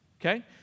Okay